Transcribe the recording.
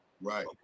Right